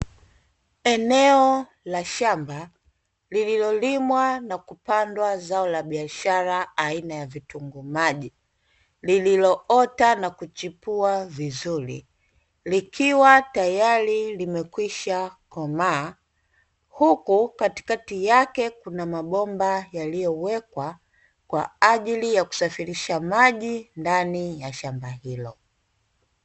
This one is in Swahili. Eneo la shamba lililolimwa na kupandwa zao la biashara aina ya vitunguu maji, lililoota na kuchipua vizuri likiwa tayari limekwisha komaa, huku katikati yake kuna mabomba yaliyowekwa kwa ajili ya kusafirisha maji ndani ya shamba hilo.